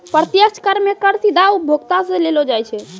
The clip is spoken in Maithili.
प्रत्यक्ष कर मे कर सीधा उपभोक्ता सं लेलो जाय छै